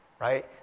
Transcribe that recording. right